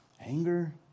anger